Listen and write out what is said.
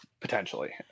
Potentially